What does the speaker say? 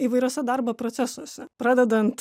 įvairiuose darbo procesuose pradedant